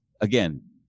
again